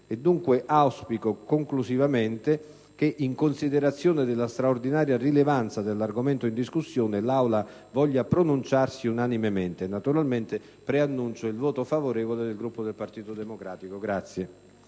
dunque auspico che - in considerazione della straordinaria rilevanza dell'argomento in discussione - l'Aula voglia pronunciarsi unanimemente. Naturalmente preannuncio il voto favorevole del Gruppo del Partito Democratico. **Testo